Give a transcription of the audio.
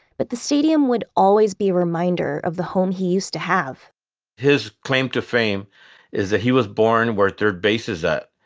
but the stadium would always be a reminder of the home he used to have his claim to fame is that he was born where third base is at,